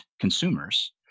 consumers